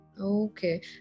Okay